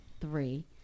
three